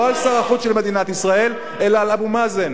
לא על שר החוץ של מדינת ישראל, אלא על אבו מאזן.